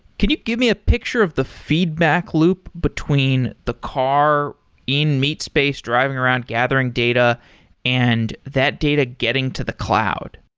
can you give me a picture of the feedback loop between the car in meatspace driving around gathering data and that data getting to the cloud?